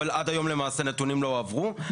אבל למעשה נתונים לא הועברו עד היום.